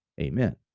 Amen